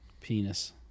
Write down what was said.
Penis